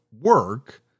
work